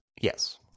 Yes